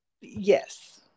Yes